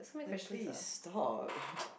like please stop